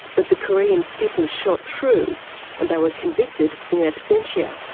but the korean skippers shot through and they were convicted in absentia.